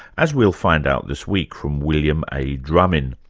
as we'll find out this week from william a. drumin.